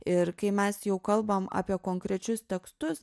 ir kai mes jau kalbam apie konkrečius tekstus